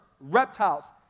reptiles